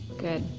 good.